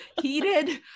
Heated